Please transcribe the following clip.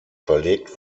verlegt